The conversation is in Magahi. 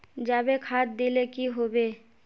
जाबे खाद दिले की होबे?